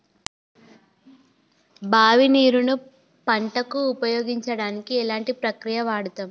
బావి నీరు ను పంట కు ఉపయోగించడానికి ఎలాంటి ప్రక్రియ వాడుతం?